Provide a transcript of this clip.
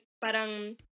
parang